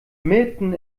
mitten